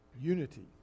Unity